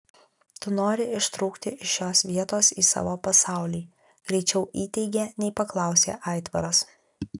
tu nori ištrūkti iš šios vietos į savo pasaulį greičiau įteigė nei paklausė aitvaras